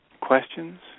Questions